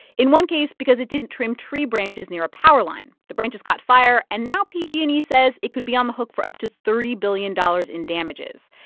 in one case because it didn't trim tree branches near a power line. the branches caught fire, and now pg and e says it could be on the hook for up to thirty billion dollars in damages.